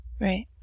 Right